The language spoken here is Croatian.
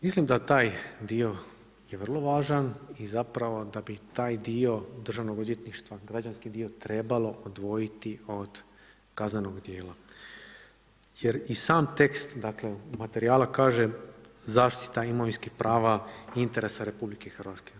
Mislim da taj dio je vrlo važan i zapravo da bi taj dio Državnog odvjetništva, građanski dio, trebalo odvojiti od kaznenog djela jer i sam tekst materijala kaže zaštita imovinskih prava interesa RH.